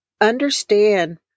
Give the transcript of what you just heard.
understand